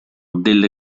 delle